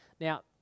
Now